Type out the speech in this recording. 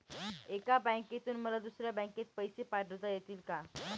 एका बँकेतून मला दुसऱ्या बँकेत पैसे पाठवता येतील का?